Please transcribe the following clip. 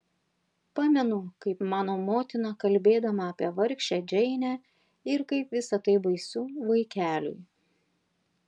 pamenu kaip mano motina kalbėdavo apie vargšę džeinę ir kaip visa tai baisu vaikeliui